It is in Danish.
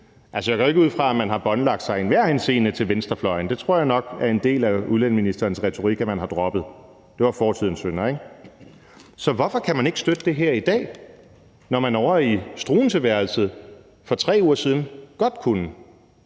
Altså, jeg går jo ikke ud fra, at man har båndlagt sig til venstrefløjen i enhver henseende. Det tror jeg nok er en del af udlændingeministerens retorik at man har droppet. Det var fortidens synder, ikke? Så hvorfor kan man ikke støtte det her i dag, når man ovre i Struenseeværelset for 3 uger siden godt kunne?